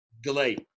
delay